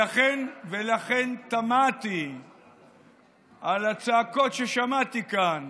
הקואליציה, ולכן תמהתי על הצעקות ששמעתי כאן